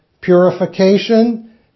purification